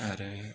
आरो